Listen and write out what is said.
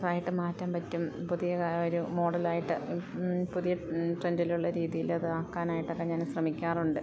ഇതായിട്ട് മാറ്റാൻ പറ്റും പുതിയ ഒരു മോഡലായിട്ട് പുതിയ ട്രെൻഡിലുള്ള രീതിയിൽ അത് ആക്കാനായിട്ടൊക്കെ ഞാൻ ശ്രമിക്കാറുണ്ട്